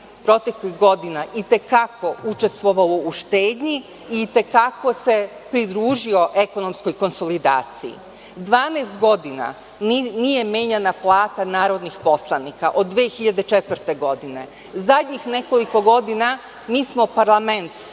proteklih godina itekako učestvovao u štednji i itekako se pridružio ekonomskoj konsolidaciji. Dvanaest godina nije menjana plata narodnih poslanika, od 2004. godine. Zadnjih nekoliko godina mi smo parlament